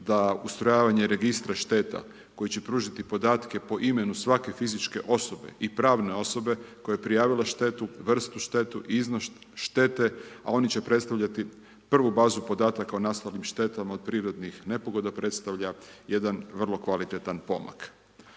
da ustrojavanje registra šteta, koji će pružiti podatke, po imenu svake fizičke osobe i pravne osobe, koja je prijavila štetu, vrstu štetu, iznos štete, ali oni će predstaviti, prvu bazu podataka o nastalim štetama od prirodnih nepogoda, predstavlja jedan vrlo kvalitetan pomak.